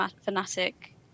fanatic